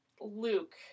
Luke